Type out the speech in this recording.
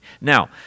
Now